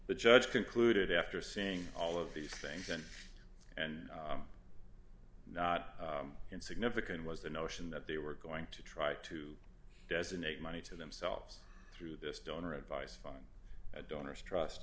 the judge concluded after seeing all of these things and and not in significant was the notion that they were going to try to designate money to themselves through this donor advice fine donors trust